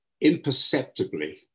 imperceptibly